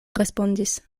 respondis